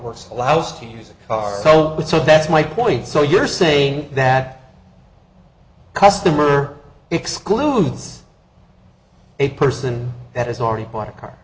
worse allows to use a car but so that's my point so you're saying that customer excludes a person that has already bought a